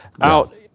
out